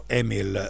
Emil